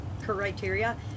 criteria